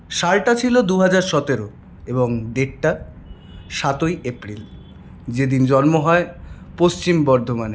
সালটা ছিল দুহাজার সতেরো এবং ডেটটা সাতই এপ্রিল যেদিন জন্ম হয় পশ্চিম বর্ধমানে